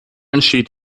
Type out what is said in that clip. entsteht